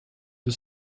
the